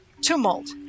Tumult